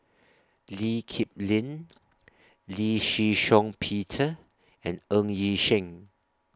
Lee Kip Lin Lee Shih Shiong Peter and Ng Yi Sheng